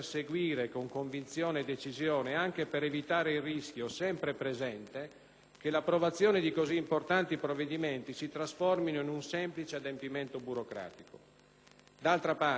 che l'approvazione di così importanti provvedimenti si trasformi in un semplice adempimento burocratico. D'altra parte, così non è né dovrà essere in futuro.